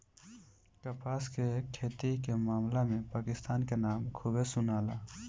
कपास के खेती के मामला में पाकिस्तान के नाम खूबे सुनाला